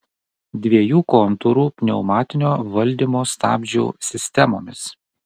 dviejų kontūrų pneumatinio valdymo stabdžių sistemomis